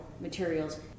materials